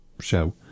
show